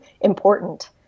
important